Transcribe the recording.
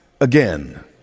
Again